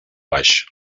baix